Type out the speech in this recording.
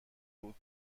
بود